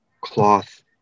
cloth